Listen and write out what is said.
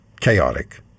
Chaotic